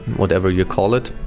whatever you call it,